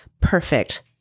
perfect